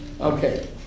Okay